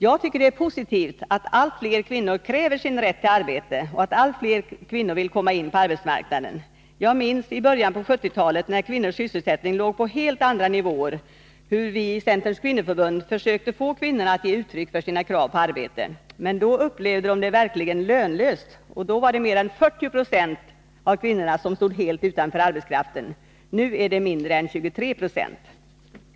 Jag tycker att det är positivt att allt fler kvinnor kräver sin rätt till arbete och att allt fler kvinnor vill komma in på arbetsmarknaden. Jag minns i början på 1970-talet när kvinnors sysselsättning låg på helt andra nivåer, hur vii Centerns kvinnoförbund försökte att få kvinnor att ge uttryck för sitt krav på arbete. Men då upplevde de det verkligen lönlöst, och då var det mer än 40 96 av kvinnorna som stod helt utanför arbetskraften. Nu är det mindre än 23 Ro.